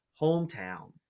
hometown